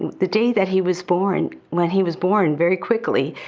the day that he was born, when he was born very quickly,